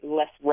less